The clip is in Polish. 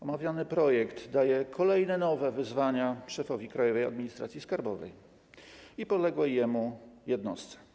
Omawiany projekt daje kolejne nowe wyzwania szefowi Krajowej Administracji Skarbowej i podległej mu jednostce.